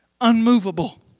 unmovable